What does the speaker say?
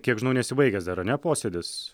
kiek žinau nesibaigęs da ar ne posėdis